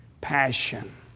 passion